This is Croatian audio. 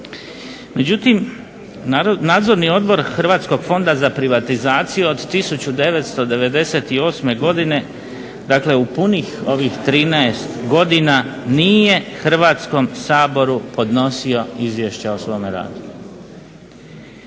Međutim, Nadzorni odbor Hrvatskog fonda za privatizaciju od 1998. godine, dakle u punih ovih 13 godina nije Hrvatskom saboru podnosio izvješće o svome radu.